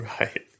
Right